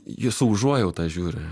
jie su užuojauta žiūri